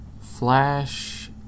Flash